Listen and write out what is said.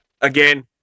again